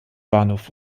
bahnhof